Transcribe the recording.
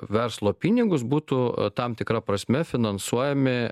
verslo pinigus būtų tam tikra prasme finansuojami